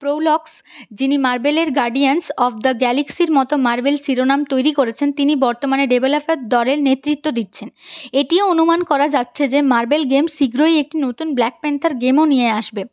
প্রৌলক্স যিনি মার্বেলের Guardians of the গ্যাল্যাক্সির মতো মার্বেল শিরোনাম তৈরি করেছেন তিনি বর্তমানে ডেভেলপার দলে নেতৃত্ব দিচ্ছেন এটিও অনুমান করা যাচ্ছে যে মার্বেল গেম শীঘ্রই একটি নতুন ব্ল্যাক প্যান্থার গেমও নিয়ে আসবে